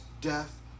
death